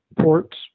ports